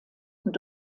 und